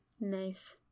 Nice